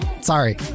Sorry